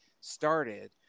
started